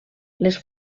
les